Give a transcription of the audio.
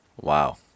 Wow